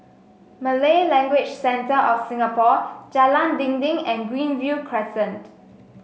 Malay Language Centre of Singapore Jalan Dinding and Greenview Crescent